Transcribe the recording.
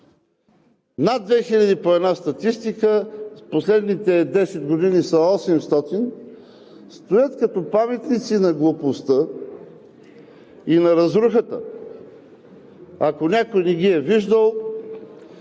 хиляди по една статистика, в последните десет години са 800, стоят като паметници на глупостта и на разрухата. Ако някой не ги е виждал,